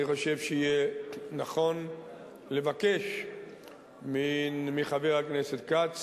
אני חושב שיהיה נכון לבקש מחבר הכנסת כץ